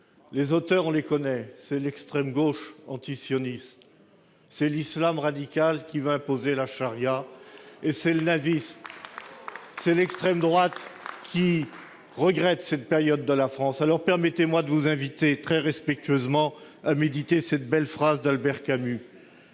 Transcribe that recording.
Les auteurs, on les connaît, c'est l'extrême gauche antisioniste, c'est l'islam radical qui veut imposer la charia, c'est le nazisme et c'est l'extrême droite, qui regrette cette période de la France. Alors, permettez-moi de vous inviter très respectueusement à méditer cette belle phrase d'Albert Camus